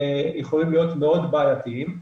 יכולים להיות מאוד בעייתיים.